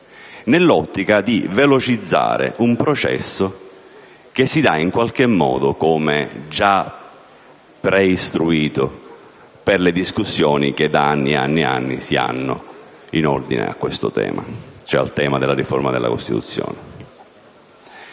nell'ottica di velocizzare un processo che si dà in qualche modo come già preistruito per le discussioni che da anni e anni si hanno in ordine al tema della riforma della Costituzione.